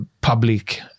public